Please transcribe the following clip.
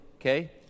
okay